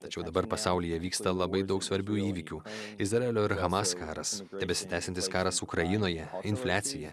tačiau dabar pasaulyje vyksta labai daug svarbių įvykių izraelio ir hamas karas tebesitęsiantis karas ukrainoje infliacija